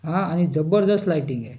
हां आणि जबरदस्त लाईटींग आहे